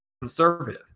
conservative